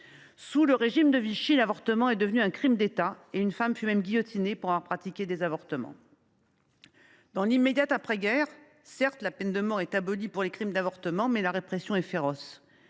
Sous le régime de Vichy, l’avortement devient un crime d’État et une femme fut même guillotinée pour avoir pratiqué des avortements. Dans l’immédiat après guerre, la peine de mort est certes abolie pour les crimes d’avortement, mais la répression est féroce.